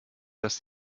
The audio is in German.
dass